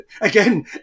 again